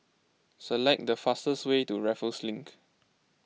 select the fastest way to Raffles Link